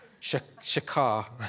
shakar